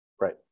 Right